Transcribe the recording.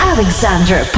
Alexander